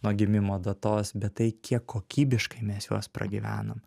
nuo gimimo datos bet tai kiek kokybiškai mes juos pragyvenom